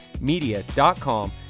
media.com